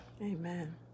Amen